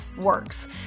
works